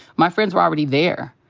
my friends were already there.